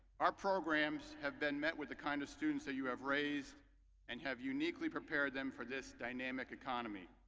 our programs have been met with the kind of students that you have raised and have uniquely prepared them for this dynamic economy,